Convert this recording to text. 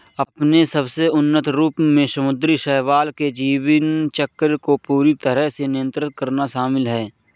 अपने सबसे उन्नत रूप में समुद्री शैवाल के जीवन चक्र को पूरी तरह से नियंत्रित करना शामिल है